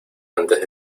antes